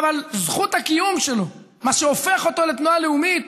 אבל זכות הקיום שלו, מה שהופך אותו לתנועה לאומית,